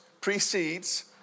precedes